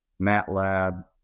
MATLAB